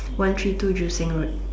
one three two Joo Seng road